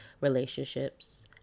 relationships